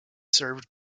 served